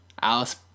Alice